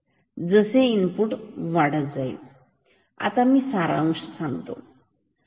तर जसे इनपुट वाढेल आता मी सारांश सांगतो